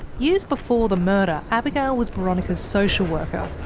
years before the murder, abigail was boronika's social worker.